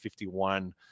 51